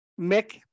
Mick